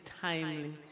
timely